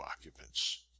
occupants